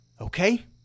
Okay